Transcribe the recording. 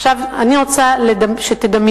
עכשיו אני רוצה שתדמיינו,